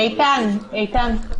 איתן, איתן.